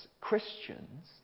Christians